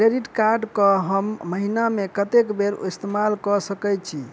Credit card कऽ हम महीना मे कत्तेक बेर इस्तेमाल कऽ सकय छी?